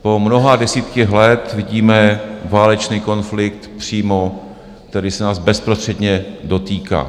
Po mnoha desítkách let vidíme válečný konflikt přímo, který se nás bezprostředně dotýká.